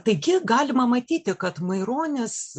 taigi galima matyti kad maironis